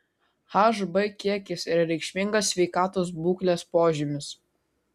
hb kiekis yra reikšmingas sveikatos būklės požymis